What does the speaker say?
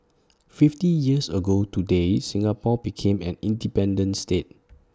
fifty years ago today Singapore became an independent state